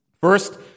First